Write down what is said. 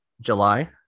July